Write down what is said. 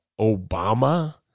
Obama